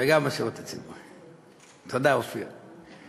וגם בשירות הציבורי, תודה, אופיר.